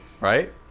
right